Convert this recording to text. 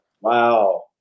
Wow